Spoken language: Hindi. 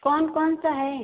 कौन कौन सा है